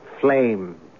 flame